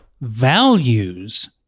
Values